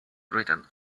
written